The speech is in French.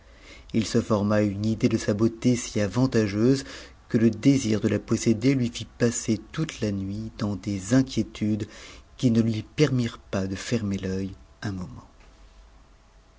it se forma une idée de sa beauté si avantageuse que tp désir de la posséder lui fit passer toute la nuit dans des inquiétudes qui ne lui permirent pas dé fermer œil un moment